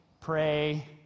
pray